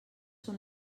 són